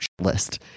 list